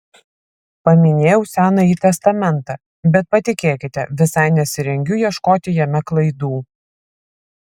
paminėjau senąjį testamentą bet patikėkite visai nesirengiu ieškoti jame klaidų